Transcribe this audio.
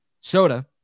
soda